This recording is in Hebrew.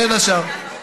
בין השאר.